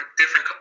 different